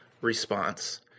response